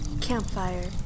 Campfire